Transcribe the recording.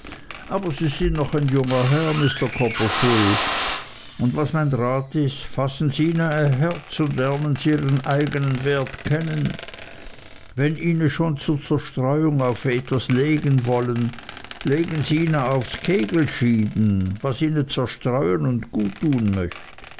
aber sie sind noch ein junger herr mr copperfull und was mein rat is fassens ihna ein herz und lernens ihnern eignen wert kennen wenns ihna schon zur zerstreuung auf etwas legen wollen legens ihna aufs kegelschieben was ihna zerstreuen und gut tun möcht